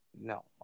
No